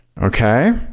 Okay